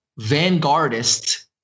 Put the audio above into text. vanguardist